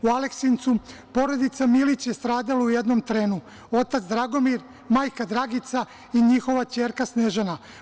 U Aleksincu porodica Milić je stradala u jednom trenu: otac Dragomir, majka Dragica i njihova ćerka Snežana.